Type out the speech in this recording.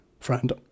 friend